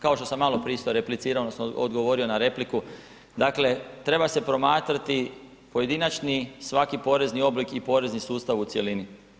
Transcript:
Kao što sam maloprije isto replicirao odnosno odgovorio na repliku, dakle treba se promatrati pojedinačni svaki porezni oblik i porezni sustav u cjelini.